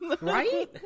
Right